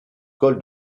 col